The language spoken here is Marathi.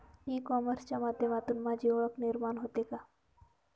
ई कॉमर्सच्या माध्यमातून माझी ओळख निर्माण होते का?